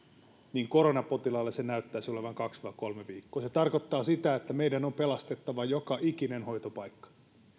niin koronapotilaalla se näyttäisi olevan kaksi viiva kolme viikkoa tarkoittavat sitä että meidän on pelastettava joka ikinen hoitopaikka